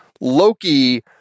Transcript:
Loki